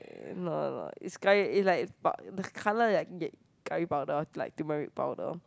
not a lot is curry like pow~ the colour like get curry powder or like turmeric powder